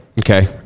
Okay